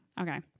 Okay